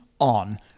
on